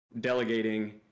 delegating